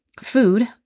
food